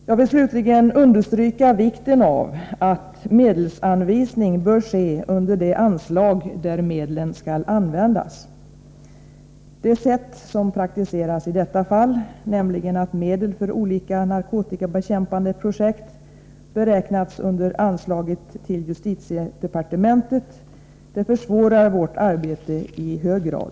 Jag vill slutligen understryka vikten av att medelsanvisning sker under det anslag där medlen skall användas. Det sätt som praktiserats i detta fall, nämligen att medel för olika narkotikabekämpande projekt beräknats under anslaget till justitiedepartementet, försvårar vårt arbete i hög grad.